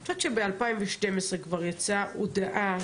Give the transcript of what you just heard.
אני חושבת שב-2012 כבר יצאה הודעה